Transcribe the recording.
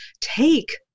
take